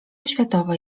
oświatowa